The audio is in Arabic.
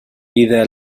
اذا